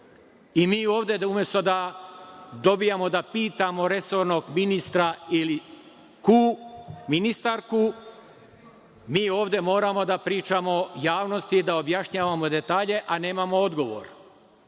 ovde, umesto da dobijamo da pitamo resornog ministra ili „ku“, ministarku, mi ovde moramo da pričamo javnosti, da objašnjavamo detalje, a nemamo odgovor. Naime,